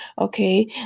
Okay